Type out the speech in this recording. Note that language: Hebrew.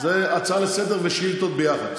זה הצעה לסדר-היום ושאילתות ביחד,